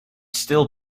still